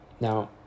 Now